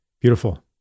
Beautiful